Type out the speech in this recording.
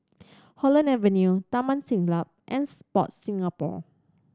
Holland Avenue Taman Siglap and Sport Singapore